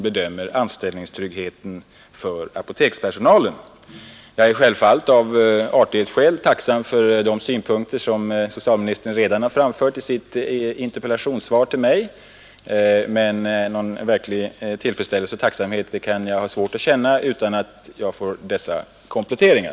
I artighetens namn tackar jag för de synpunkter socialministern framför i sitt interpellationssvar, men någon verklig tillfredsställelse och tacksamhet har jag svårt att känna utan att ha fått dessa kompletteringar.